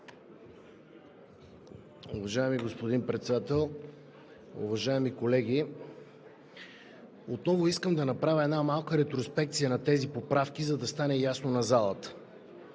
Уважаеми господин Председател, уважаеми колеги! Отново искам да направя малка ретроспекция на тези поправки, за да стане ясно на залата.